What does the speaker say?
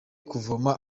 kuvoma